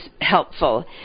helpful